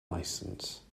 license